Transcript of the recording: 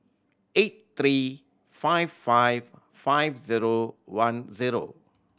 eight three five five five zero one zero